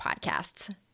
podcasts